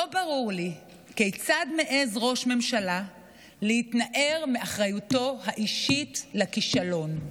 לא ברור לי כיצד מעז ראש ממשלה להתנער מאחריותו האישית לכישלון.